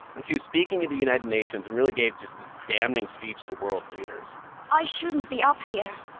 she was speaking to the united nations and really gave just this damning speech to world leaders i shouldn't be up here.